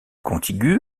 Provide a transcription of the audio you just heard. contiguë